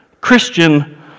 Christian